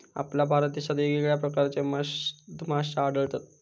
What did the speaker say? आपल्या भारत देशात येगयेगळ्या प्रकारचे मधमाश्ये आढळतत